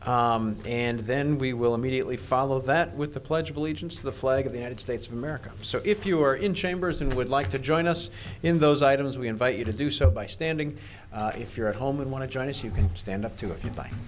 lead and then we will immediately follow that with the pledge of allegiance to the flag of the united states of america so if you are in chambers and would like to join us in those items we invite you to do so by standing if you're at home and want to join us you can stand up to